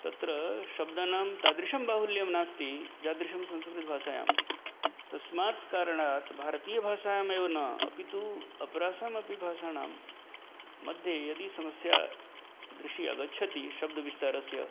तत्र शब्दानां तादृशं बाहुल्यं नास्ति यादृशं संस्कृतभाषायां तस्मात् कारणात् भारतीयभाषायाम् एव न अपि तु अपरासाम् अपि भाषाणां मध्ये यदि समस्या दृशि आगच्छति शब्दविस्तारस्य